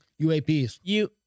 UAPs